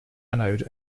anode